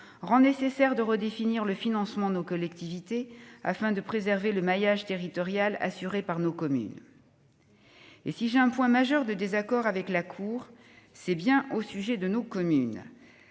rendent nécessaire la refonte du financement de nos collectivités, afin de préserver le maillage territorial assuré par nos communes. Si j'ai un point de désaccord majeur avec la Cour, c'est bien au sujet de nos communes,